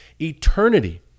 eternity